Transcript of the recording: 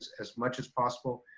as much as possible.